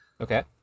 Okay